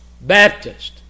Baptist